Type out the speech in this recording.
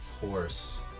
horse